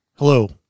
Hello